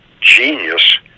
genius